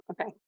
Okay